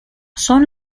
son